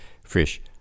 fresh